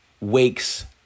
wakes